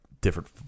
different